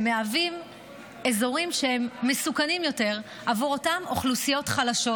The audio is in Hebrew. שהם אזורים מסוכנים יותר עבור אותן אוכלוסיות חלשות,